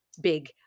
big